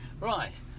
Right